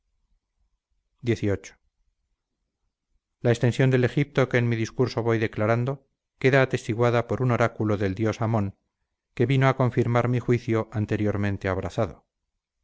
xviii la extensión del egipto que en mi discurso voy declarando queda atestiguada por un oráculo del dios amon que vino a confirmar mi juicio anteriormente abrazado